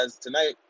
tonight